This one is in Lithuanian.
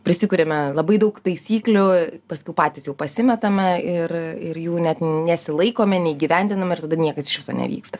prisikuriame labai daug taisyklių paskui patys jau pasimetame ir ir jų net nesilaikome neįgyvendinama ir tada niekas iš viso nevyksta